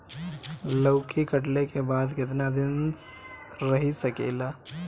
लौकी कटले के बाद केतना दिन रही सकेला?